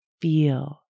feel